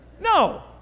No